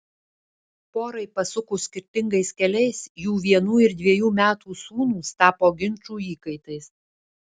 porai pasukus skirtingais keliais jų vienų ir dvejų metų sūnūs tapo ginčų įkaitais